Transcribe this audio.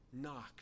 Knock